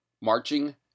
Marching